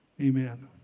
Amen